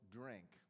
drink